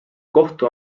kohtu